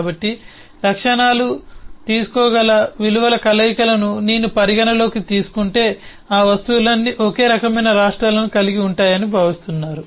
కాబట్టి లక్షణాలు తీసుకోగల విలువల కలయికలను నేను పరిగణనలోకి తీసుకుంటే ఈ వస్తువులన్నీ ఒకే రకమైన రాష్ట్రాలను కలిగి ఉంటాయని భావిస్తున్నారు